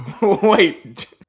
Wait